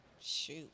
Shoot